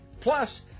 Plus